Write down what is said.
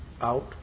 out